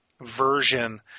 version